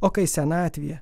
o kai senatvėje